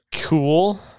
cool